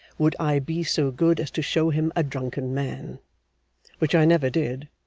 would i be so good as to show him a drunken man' which i never did,